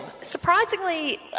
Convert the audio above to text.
Surprisingly